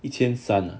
一千三啊